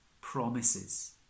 promises